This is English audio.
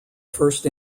first